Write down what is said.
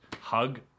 hug